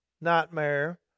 nightmare